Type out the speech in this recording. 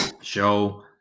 Show